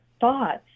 thoughts